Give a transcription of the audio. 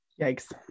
Yikes